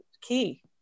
key